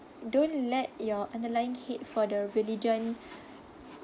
don't let your underlying hate for the religion